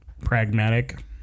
pragmatic